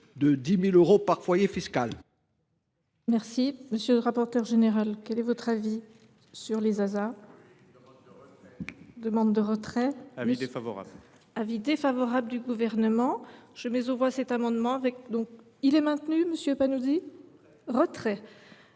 de 10 000 euros par foyer fiscal.